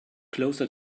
closer